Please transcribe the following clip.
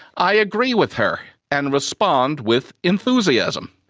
i agree with her and respond with enthusiasm.